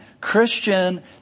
Christian